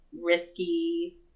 risky